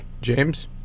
James